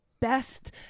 best